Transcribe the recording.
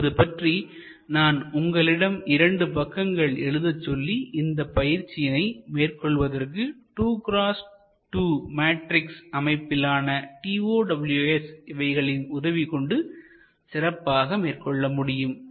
என்பது பற்றி நான் உங்களிடம் இரண்டு பக்கங்கள் எழுதச் சொல்லி இருந்த பயிற்சியினை மேற்கொள்வதற்கு 2X2 மேட்ரிக்ஸ் அமைப்பிலான TOWS இவைகளின் உதவி கொண்டு சிறப்பாக மேற்கொள்ள முடியும்